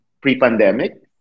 pre-pandemic